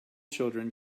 children